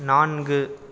நான்கு